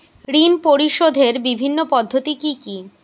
ঋণ পরিশোধের বিভিন্ন পদ্ধতি কি কি?